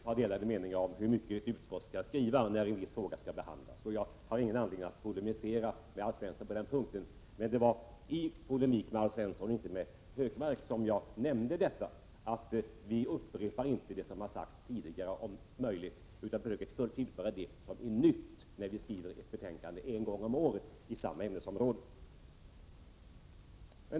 Herr talman! Man kan naturligtvis ha delade meningar om hur mycket ett utskott skall skriva när en viss fråga behandlas, och jag har ingen anledning att polemisera med Alf Svensson på den punkten. Men det var i polemik med Alf Svensson och inte med Gunnar Hökmark som jag nämnde att vi om möjligt inte upprepar vad som sagts tidigare utan försöker att i stället tillföra det som är nytt när vi skriver ett betänkande en gång om året i samma ämnesområde.